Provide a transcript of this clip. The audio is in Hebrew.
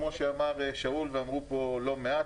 כמו שאמר שאול ואמרו פה לא מעט,